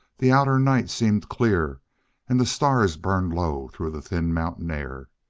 the outer night seemed clear and the stars burned low through the thin mountain air.